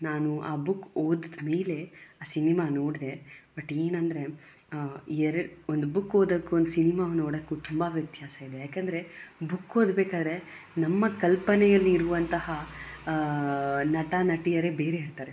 ನಾನು ಆ ಬುಕ್ ಓದಿದ ಮೇಲೆ ಆ ಸಿನಿಮಾ ನೋಡಿದೆ ಬಟ್ ಏನೆಂದರೆ ಎರಡು ಒಂದು ಬುಕ್ ಓದೋಕ್ಕೂ ಒಂದು ಸಿನಿಮಾ ನೋಡೋಕ್ಕೂ ತುಂಬ ವ್ಯತ್ಯಾಸ ಇದೆ ಯಾಕೆಂದರೆ ಬುಕ್ ಓದಬೇಕಾದ್ರೆ ಕಲ್ಪನೆಯಲ್ಲಿರುವಂತಹ ನಟ ನಟಿಯರೇ ಬೇರೆ ಇರ್ತಾರೆ